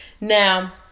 Now